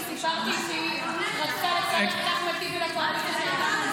תכף אספר --- היא רצתה --- את אחמד טיבי --- "תומך